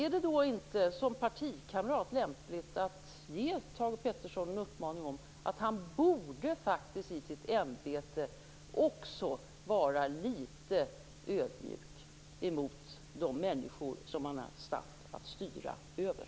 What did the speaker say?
Är det då inte lämpligt att som partikamrat ge Thage G Peterson en uppmaning om att han i sitt ämbete borde vara litet ödmjuk mot de människor som han är satt att styra över?